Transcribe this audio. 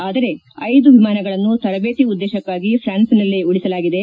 ಆದರೆ ಐದು ವಿಮಾನಗಳನ್ನು ತರಬೇತಿ ಉದ್ದೇಶಕ್ಕಾಗಿ ಪ್ರಾನ್ಸನಲ್ಲೇ ಉಳಿಸಲಾಗಿದೆ